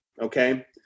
okay